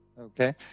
Okay